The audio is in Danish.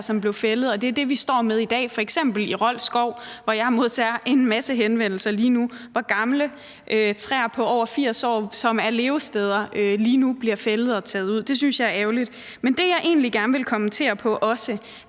som blev fældet, og det er det, vi står med i dag, f.eks. i Rold Skov, hvorfra jeg modtager en masse henvendelser lige nu, hvor gamle træer på over 80 år, som er levesteder, lige nu bliver fældet og taget ud. Det synes jeg er ærgerligt. Men det, jeg egentlig også gerne vil kommentere, er,